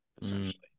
essentially